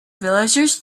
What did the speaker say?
villagers